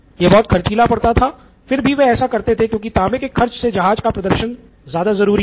ये बहुत ख़र्चीला पड़ता था फिर भी वे ऐसा करते थे क्योकि तांबे के खर्च से जहाज का प्रदर्शन ज्यादा ज़रूरी था